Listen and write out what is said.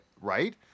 right